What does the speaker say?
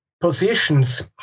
positions